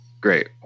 great